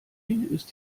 ist